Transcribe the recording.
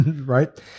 right